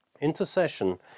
Intercession